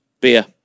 Beer